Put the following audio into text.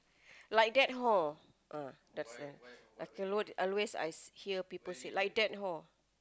like that hor ah that's the like a lot always I hear people say like that hor